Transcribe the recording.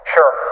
Sure